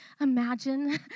imagine